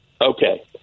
Okay